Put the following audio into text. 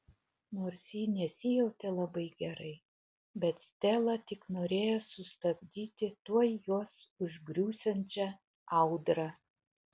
nors ji nesijautė labai gerai bet stela tik norėjo sustabdyti tuoj juos užgriūsiančią audrą